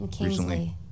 recently